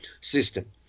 system